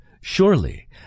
surely